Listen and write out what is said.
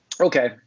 okay